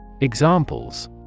Examples